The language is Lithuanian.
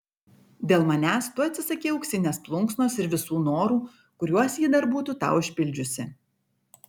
dėl manęs tu atsisakei auksinės plunksnos ir visų norų kuriuos ji dar būtų tau išpildžiusi